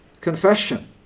confession